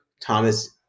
Thomas